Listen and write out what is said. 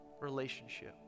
relationship